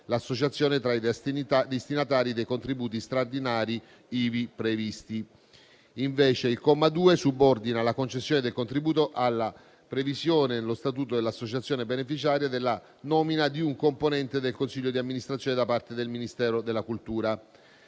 l'associazione tra i destinatari dei contributi straordinari ivi previsti. Invece, il comma 2 subordina la concessione del contributo alla previsione, nello statuto dell'associazione beneficiaria, della nomina di un componente del consiglio di amministrazione da parte del Ministero della cultura.